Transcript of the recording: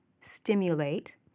stimulate